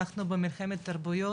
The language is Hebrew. אנחנו במלחמת תרבויות,